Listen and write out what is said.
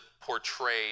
portray